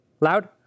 Loud